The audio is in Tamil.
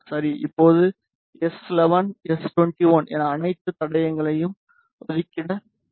இப்போது எஸ்11 S11 எஸ்21 என அனைத்து தடயங்களையும் ஒதுக்கிட வேண்டும்